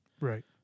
Right